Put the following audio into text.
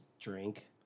drink